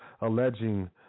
alleging